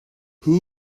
who